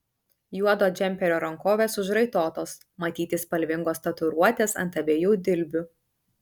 juodo džemperio rankovės užraitotos matyti spalvingos tatuiruotės ant abiejų dilbių